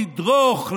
לדרוך,